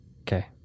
Okay